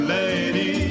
lady